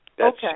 Okay